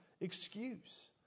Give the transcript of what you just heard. excuse